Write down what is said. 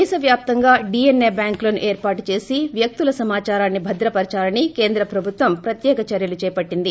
దేశవ్యాప్తంగా డీఎన్ఏ బ్యాంకులను ఏర్పాటు చేసి వ్యక్తుల సమాచారాన్ని భద్రపరచాలని కేంద్ర ప్రబుత్వం ప్రత్యేక చర్యలు చేపట్టింది